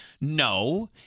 No